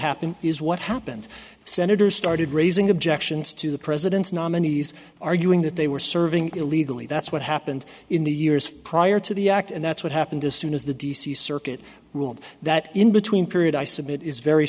happen is what happened senators started raising objections to the president's nominees arguing that they were serving illegally that's what happened in the years prior to the act and that's what happened as soon as the d c circuit ruled that in between period i submit is very